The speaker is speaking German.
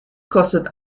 kostet